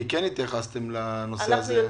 כי כן התייחסתם לנושא הזה.